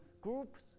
groups